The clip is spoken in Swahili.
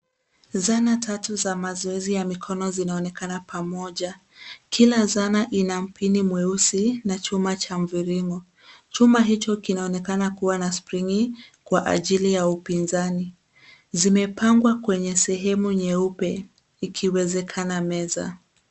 Zana tatu za mazoezi ya mikono zinaonekana pamoja. Kila zana ina mpini mweusi na chuma cha mviringo. Chuma hicho kinaonekana kuwa na spring kwa ajili ya upinzani. Zimepangwa kwenye sehemu nyeupe ikiwezekana meza.